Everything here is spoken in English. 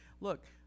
look